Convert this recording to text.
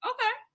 Okay